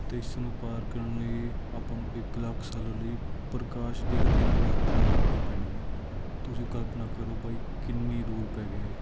ਅਤੇ ਇਸਨੂੰ ਪਾਰ ਕਰਨ ਲਈ ਆਪਾਂ ਨੂੰ ਇੱਕ ਲੱਖ ਸਾਲ ਲਈ ਪ੍ਰਕਾਸ਼ ਦੀ ਗਤੀ ਨਾਲ ਯਾਤਰਾ ਕਰਨੀ ਪੈਣੀ ਹੈ ਤੁਸੀਂ ਕਪਲਨਾ ਕਰੋ ਬਾਈ ਕਿੰਨੀ ਦੂਰ ਪੈ ਗਿਆ ਇਹ